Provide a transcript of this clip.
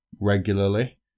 regularly